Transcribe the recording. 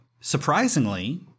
Surprisingly